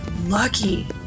lucky